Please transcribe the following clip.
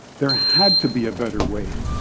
there had to be a better way,